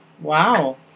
Wow